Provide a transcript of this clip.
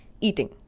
eating